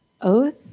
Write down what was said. oath